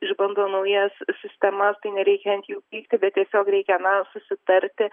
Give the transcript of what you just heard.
išbando naujas sistemas tai nereikia ant jų pykti bet tiesiog reikia na susitarti